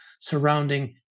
surrounding